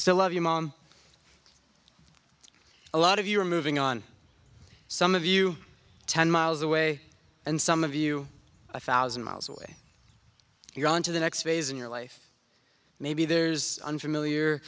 so love you mom a lot of you are moving on some of you ten miles away and some of you a thousand miles away you're on to the next phase in your life maybe there's unfamiliar